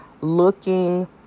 looking